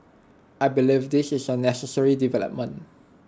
I believe this is A necessary development